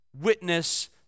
witness